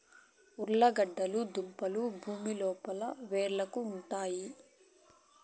ఉర్లగడ్డ దుంపలు భూమి లోపల వ్రేళ్లకు ఉరుతాయి